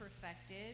perfected